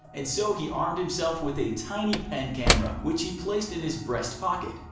and so he armed himself with a tiny pen camera which he placed in his breast pocket,